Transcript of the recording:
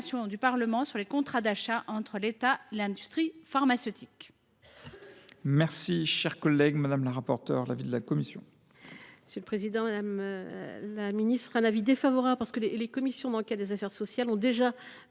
du Parlement sur les contrats d’achat liant l’État et l’industrie pharmaceutique.